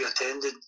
attended